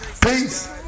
Peace